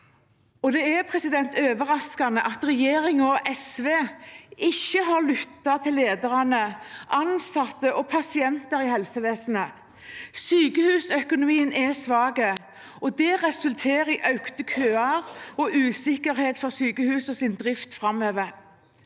Det er overraskende at regjeringen og SV ikke har lyttet til ledere, ansatte og pasienter i helsevesenet. Sykehusøkonomien er svak, og det resulterer i økte køer og usikkerhet for sykehusenes drift framover.